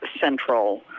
central